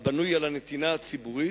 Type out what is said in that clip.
הבנוי על הנתינה הציבורית,